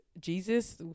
Jesus